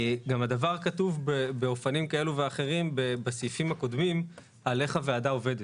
גם הדבר כתוב באופנים כאלו ואחרים בסעיפים הקודמים על איך הוועדה עובדת.